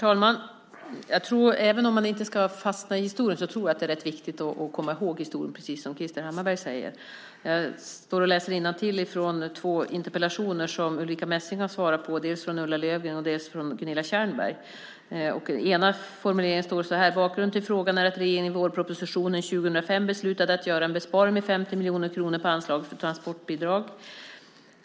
Herr talman! Även om man inte ska fastna i historien tror jag att det är rätt viktigt att komma ihåg den, precis som Krister Hammarbergh säger. Jag läser innantill från två skriftliga frågor som Ulrica Messing har svarat på, dels från Ulla Löfgren, dels från Gunilla Tjernberg. I Ulla Löfgrens fråga står det att bakgrunden till frågan är att regeringen i vårpropositionen 2005 beslutade att göra en besparing med 50 miljoner kronor på anslaget för transportbidrag.